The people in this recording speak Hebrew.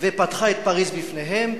פתחה את פריס בפניהם,